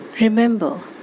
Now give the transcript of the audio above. remember